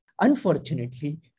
Unfortunately